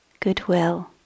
goodwill